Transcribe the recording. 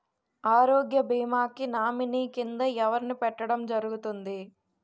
ఆరోగ్య భీమా కి నామినీ కిందా ఎవరిని పెట్టడం జరుగతుంది?